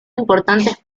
importantes